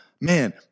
man